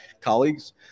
colleagues